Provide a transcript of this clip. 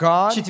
God